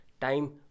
time